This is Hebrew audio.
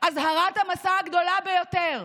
אזהרת המסע הגדולה ביותר.